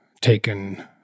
taken